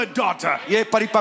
daughter